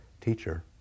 Teacher